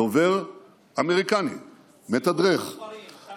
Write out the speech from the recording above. דובר אמריקני מתדרך: